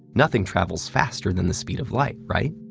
nothing travels faster than the speed of light, right?